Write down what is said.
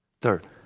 Third